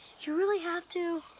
do you really have to?